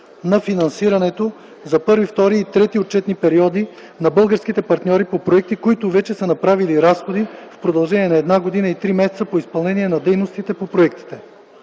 на финансирането за първи, втори и трети отчетни периоди на българските партньори по проекти, които вече са направили разходи в продължение на една година и три месеца по изпълнение на дейностите по проектите.